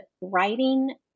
writing